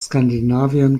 skandinavien